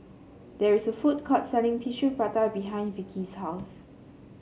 there is a food court selling Tissue Prata behind Vickie's house